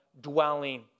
dwelling